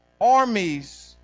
armies